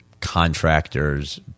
contractors